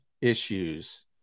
issues